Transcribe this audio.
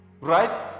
Right